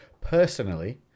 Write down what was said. personally